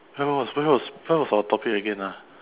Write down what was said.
where was where was where was our topic again ah